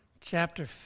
chapter